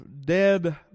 Dead